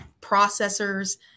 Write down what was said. processors